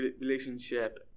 relationship